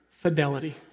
fidelity